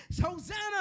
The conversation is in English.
hosanna